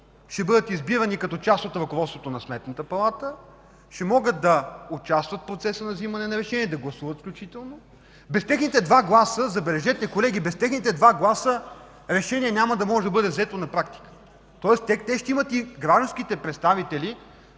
ще бъдат избирани като част от ръководството на Сметната палата, ще могат да участват в процеса на вземане на решение и да гласуват включително. Без техните два гласа, забележете, колеги, решение няма да може да бъде взето на практика. Тоест те, гражданските представители